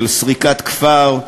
של סריקת כפר,